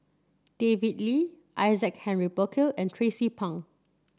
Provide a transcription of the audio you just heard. David Lee Isaac Henry Burkill and Tracie Pang